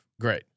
Great